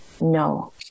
no